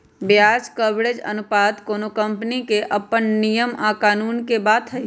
ब्याज कवरेज अनुपात कोनो कंपनी के अप्पन नियम आ कानून के बात हई